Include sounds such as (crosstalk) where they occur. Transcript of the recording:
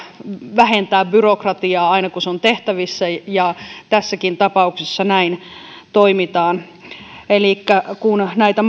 vähentää byrokratiaa aina kun se on tehtävissä ja tässäkin tapauksessa näin toimitaan kun näitä (unintelligible)